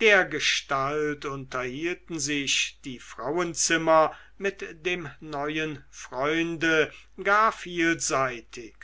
dergestalt unterhielten sich die frauenzimmer mit dem neuen freunde gar vielseitig